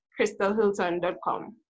crystalhilton.com